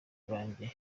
banjye